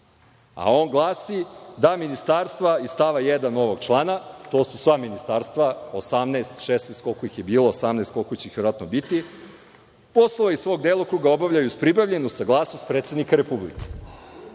a on glasi da ministarstva iz stava 1. ovog člana, to su sva ministarstva, 16, koliko ih je bilo, 18, koliko će ih verovatno biti, poslove iz svog delokruga obavljaju uz pribavljenu saglasnost predsednika Republike.